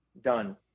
done